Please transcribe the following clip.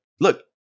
look